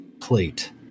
plate